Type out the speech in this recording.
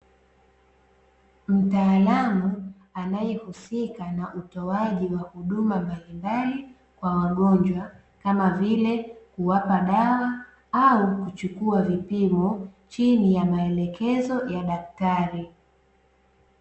Mtaalamu anayehusika na utoaji wa huduma mbalimbali kwa wagonjwa, kama vile kuwapa dawa au kuchukua vipimo chini ya maelekezo ya daktari.